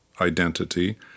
identity